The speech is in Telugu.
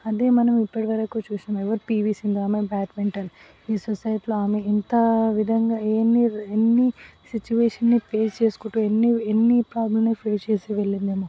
అదే మనం ఇప్పటి వరకు చూసినం ఎవరు పివి సింధు ఆమె బాడ్మింటన్ ఈ సొసైటీలో ఆమె ఎంత విధంగా ఎన్ని ఎన్ని సిచ్యువేషన్ని ఫేస్ చేసుకుంటూ ఎన్ని ఎన్ని ప్రాబ్లెమ్ని ఫేస్ చేసి వెళ్ళిందేమో